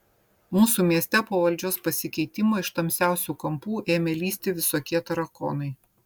mūsų mieste po valdžios pasikeitimo iš tamsiausių kampų ėmė lįsti visokie tarakonai